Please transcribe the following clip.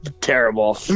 terrible